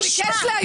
אני לא יכולה לשמוע.